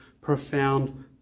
profound